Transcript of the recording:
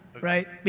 right?